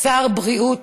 שר בריאות,